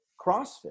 crossfit